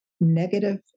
negative